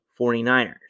49ers